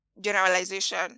generalization